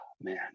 man